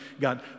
God